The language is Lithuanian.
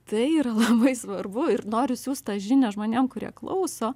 tai yra labai svarbu ir noriu siųst tą žinią žmonėm kurie klauso